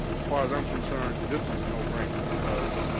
as far as i'm concerned, this is a no-brainer because